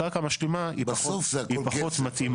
קרקע משלימה היא פחות מתאימה.